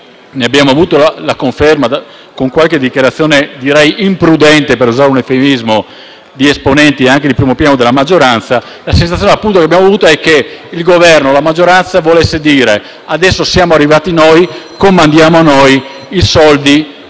abbiamo avuto la conferma con qualche dichiarazione direi imprudente, per usare un eufemismo, di esponenti anche di primo piano della maggioranza - perché sembrava che il Governo e la maggioranza volessero dire: adesso siamo arrivati noi, comandiamo noi e i soldi